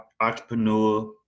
entrepreneur